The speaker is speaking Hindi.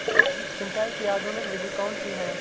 सिंचाई की आधुनिक विधि कौनसी हैं?